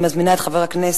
אני מזמינה את חבר הכנסת